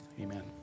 amen